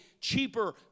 cheaper